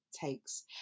takes